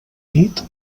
nit